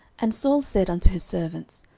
and saul said unto his servants,